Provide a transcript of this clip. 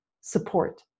support